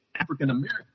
African-American